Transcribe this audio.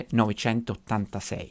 1986